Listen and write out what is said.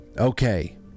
Okay